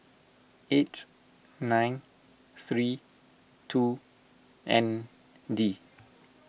eight nine three two N D